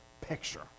picture